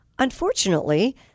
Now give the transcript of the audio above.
Unfortunately